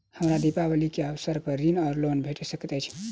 हमरा दिपावली केँ अवसर पर ऋण वा लोन भेट सकैत अछि?